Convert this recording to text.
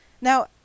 Now